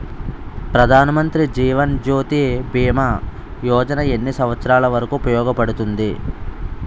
ప్రధాన్ మంత్రి జీవన్ జ్యోతి భీమా యోజన ఎన్ని సంవత్సారాలు వరకు ఉపయోగపడుతుంది?